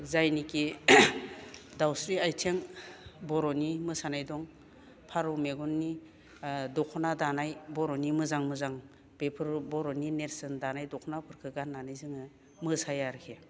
जायनोखि दावस्रि आथिं बर'नि मोसानाय दं फारौ मेगननि दखना दानाय बर'नि मोजां मोजां बेफोर बर'नि नेरसोन दानाय दखनाफोरखौ गाननानै जोङो मोसायो आरोखि